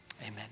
Amen